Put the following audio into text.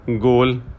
goal